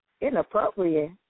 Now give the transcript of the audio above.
inappropriate